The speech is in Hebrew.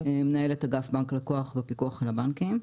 אני מנהלת אגף בנק-לקוח בפיקוח על הבנקים.